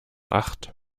acht